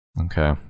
Okay